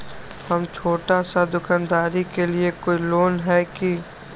हम छोटा सा दुकानदारी के लिए कोई लोन है कि?